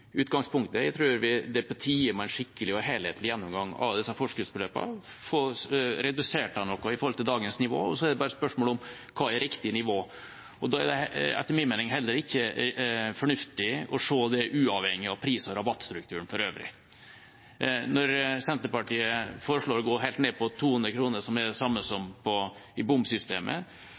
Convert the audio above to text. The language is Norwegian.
utgangspunktet. Jeg tror det er på tide med en skikkelig og helhetlig gjennomgang av disse forskuddsbeløpene, få redusert dem noe i forhold til dagens nivå. Så er det bare spørsmål om hva som er riktig nivå. Da er det etter min mening heller ikke fornuftig å se det uavhengig av pris- og rabattstrukturen for øvrig. Når Senterpartiet foreslår å gå helt ned til 200 kr, som er det samme som i bomsystemet,